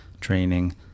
training